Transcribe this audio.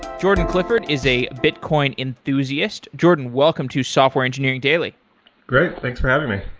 jordan clifford is a bitcoin enthusiast. jordan, welcome to software engineering daily great. thanks for having me.